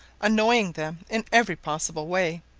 annoying them in every possible way,